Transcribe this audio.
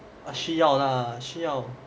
需要 lah 需要